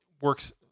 works